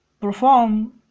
Perform